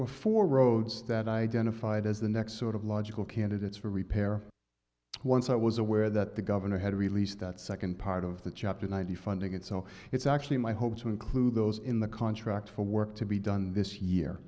were four roads that identified as the next sort of logical candidates for repair once i was aware that the governor had to release that second part of the chapter ninety funding and so it's actually my hope to include those in the contract for work to be done this year